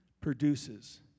produces